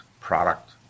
product